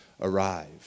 arrive